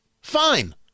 Fine